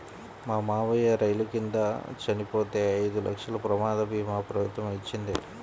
మా మావయ్య రైలు కింద చనిపోతే ఐదు లక్షల ప్రమాద భీమా ప్రభుత్వమే ఇచ్చింది